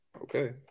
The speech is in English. Okay